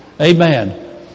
Amen